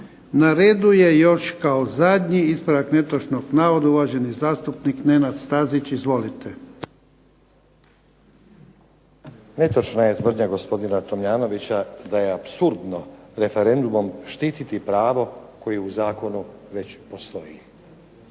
Na redu je još kao zadnji ispravak netočnog navoda uvaženi zastupnik Nenad STazić. Izvolite. **Stazić, Nenad (SDP)** Netočna je tvrdnja gospodina Tomljanovića da je apsurdno referendumom štititi pravo koje u Zakonu već postoji.